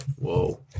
Whoa